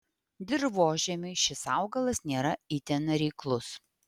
dirvožemiui šis augalas nėra itin reiklus